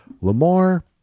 lamar